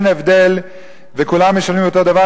אין הבדל וכולם משלמים אותו דבר.